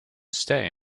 stay